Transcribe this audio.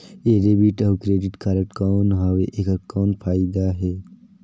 ये डेबिट अउ credit card कौन हवे एकर कौन फाइदा हे?